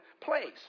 place